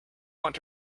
want